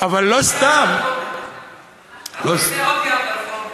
נבנה עוד ים לרפורמים.